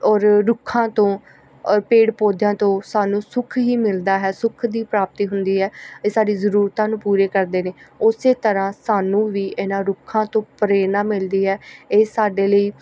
ਔਰ ਰੁੱਖਾਂ ਤੋਂ ਔਰ ਪੇੜ ਪੌਦਿਆਂ ਤੋਂ ਸਾਨੂੰ ਸੁੱਖ ਹੀ ਮਿਲਦਾ ਹੈ ਸੁੱਖ ਦੀ ਪ੍ਰਾਪਤੀ ਹੁੰਦੀ ਹੈ ਇਹ ਸਾਡੀ ਜ਼ਰੂਰਤਾਂ ਨੂੰ ਪੂਰੀਆਂ ਕਰਦੇ ਨੇ ਉਸੇ ਤਰ੍ਹਾਂ ਸਾਨੂੰ ਵੀ ਇਹਨਾਂ ਰੁੱਖਾ ਤੋਂ ਪ੍ਰੇਰਣਾ ਮਿਲਦੀ ਹੈ ਇਹ ਸਾਡੇ ਲਈ